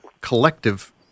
collective